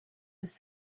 was